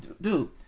dude